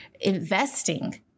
investing